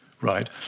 right